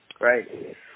right